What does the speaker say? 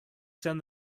send